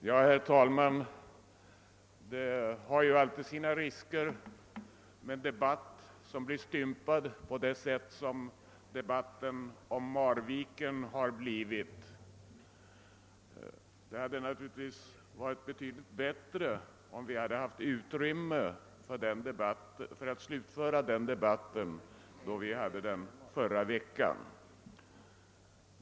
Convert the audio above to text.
Herr talman! Det har alltid sina risker med en debatt som blir stympad som nu den om Marvikenprojektet. Det ha de varit betydligt bättre, om debatten hade kunnat slutföras i förra veckan.